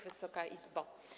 Wysoka Izbo!